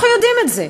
אנחנו יודעים את זה.